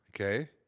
okay